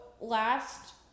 last